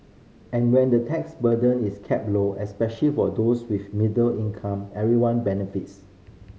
and when the tax burden is kept low especial for those with middle income everyone benefits